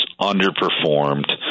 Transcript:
underperformed